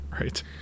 Right